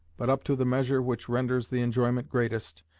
but up to the measure which renders the enjoyment greatest,